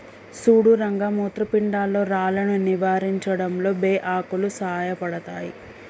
సుడు రంగ మూత్రపిండాల్లో రాళ్లను నివారించడంలో బే ఆకులు సాయపడతాయి